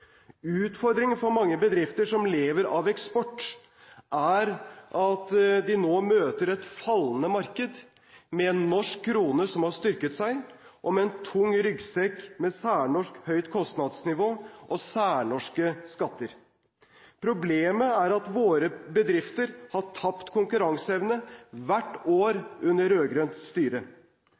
Utfordringen for mange bedrifter som lever av eksport, er at de nå møter et fallende marked med en norsk krone som har styrket seg, og med en tung ryggsekk med særnorsk høyt kostnadsnivå og særnorske skatter. Problemet er at våre bedrifter har tapt konkurranseevne hvert år under rød-grønt styre.